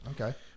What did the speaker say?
okay